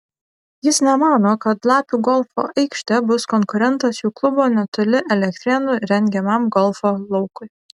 jis nemano kad lapių golfo aikštė bus konkurentas jų klubo netoli elektrėnų rengiamam golfo laukui